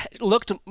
looked